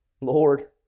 Lord